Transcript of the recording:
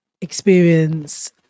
experience